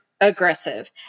aggressive